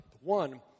One